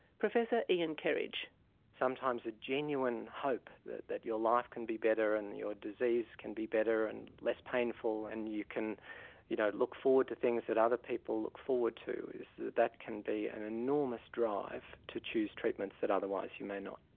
ian kerridge sometimes a genuine hope that that your life can be better and your disease can be better and less painful and you can you know look forward to things that other people look forward to, that that can be an enormous drive to choose treatments that otherwise you may not.